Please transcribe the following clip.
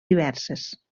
diverses